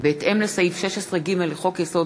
בהתאם לסעיף 16(ג) לחוק-יסוד: